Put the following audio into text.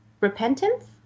repentance